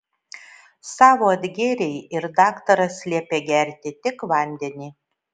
savo atgėrei ir daktaras liepė gerti tik vandenį